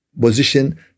position